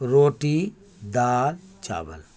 روٹی دال چاول